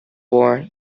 born